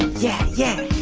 yeah, yeah